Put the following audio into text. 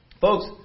Folks